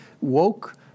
woke